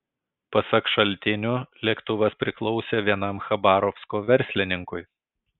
pasak šaltinių lėktuvas priklausė vienam chabarovsko verslininkui